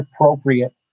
appropriate